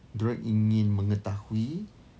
diorang ingin mengetahui